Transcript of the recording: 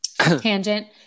tangent